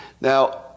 Now